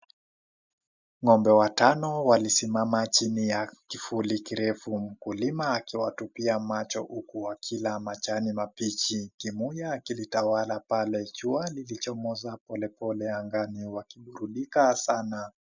Ng'ombe watano walisimama chini ya kivuli kirefu mkulima akiwatupia macho huku wakila majani mabichi, kimuya kilitawala pale jua lilichomoza polepole angani wakiburudika sana.